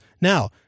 Now